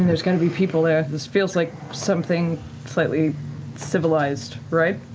there's got to be people there. this feels like something slightly civilized, right?